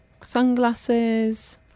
sunglasses